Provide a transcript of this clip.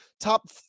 top